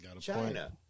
China